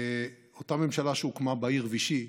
אותה ממשלה שהוקמה בעיר וישי,